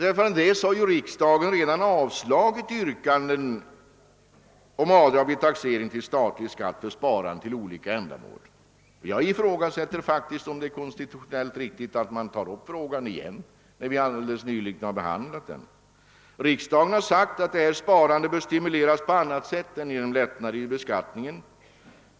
Riksdagen har ju redan avslagit yrkanden om avdrag vid taxering till statlig skatt för sparande till olika ändamål. Jag ifrågasätter faktiskt, om det är konstitutionellt riktigt, att man tar upp frågan igen, eftersom vi helt nyligen har behandlat den. Riksdagen har sagt att detta sparande bör stimuleras på annat sätt än genom lättnader i beskattningen.